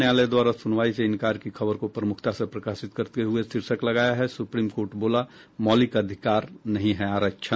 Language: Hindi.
न्यायालय द्वारा सुनवाई से इनकार की खबर को प्रमुखता से प्रकाशित करते हुए शीर्षक लगाया है सुप्रीम कोर्ट बोला मौलिक अधिकार नहीं है आरक्षण